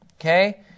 okay